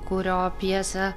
kurio pjesę